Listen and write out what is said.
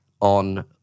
on